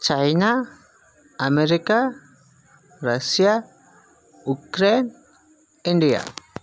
China America Russia Ukraine India